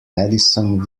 madison